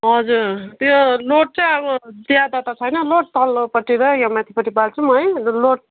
हजुर त्यो लोड चाहिँ अब ज्यादा त छैन लोड तल्लोपट्टि र यहाँ माथिपट्टि बाल्छौँ है लो लोड